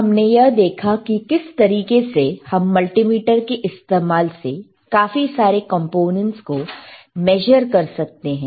हमने यह देखा कि किस तरीके से हम मल्टीमीटरmultimeter के इस्तेमाल से काफी सारे कंपोनेंट को मेजर कर सकते हैं